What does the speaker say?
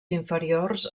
inferiors